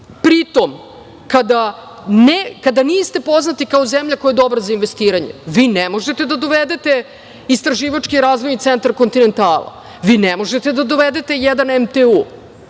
Pri tome, kada niste poznati kao zemlja koja je dobra za investiranje, vi ne možete da dovedete istraživačko-razvojni centar „Kontinentala“, vi ne možete da dovedete jedan MTU,